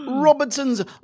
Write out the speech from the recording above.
Robertson's